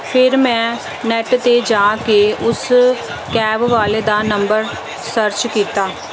ਫਿਰ ਮੈਂ ਨੈੱਟ 'ਤੇ ਜਾ ਕੇ ਉਸ ਕੈਬ ਵਾਲੇ ਦਾ ਨੰਬਰ ਸਰਚ ਕੀਤਾ